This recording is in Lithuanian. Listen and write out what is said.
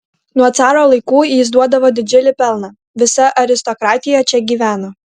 nuo caro laikų jis duodavo didžiulį pelną visa aristokratija čia gyveno